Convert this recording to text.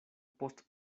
post